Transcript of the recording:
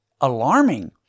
alarming